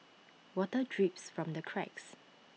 water drips from the cracks